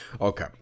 Okay